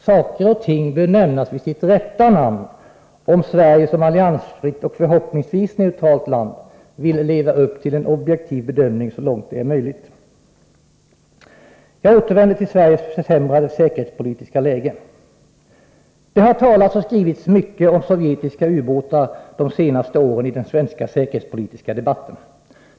Saker och ting bör nämnas vid sitt rätta namn, om Sverige som alliansfritt och förhoppningsvis neutralt land vill leva upp till en objektiv bedömning, så långt det är möjligt. Jag återvänder till Sveriges försämrade säkerhetspolitiska läge. Det har talats och skrivits mycket om sovjetiska ubåtar i den svenska säkerhetspolitiska debatten under de senaste åren.